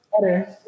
better